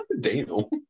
Daniel